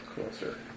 closer